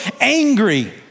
angry